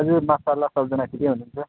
हजुर मासल्ला सबजना ठिकै हुनुहुन्छ